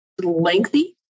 lengthy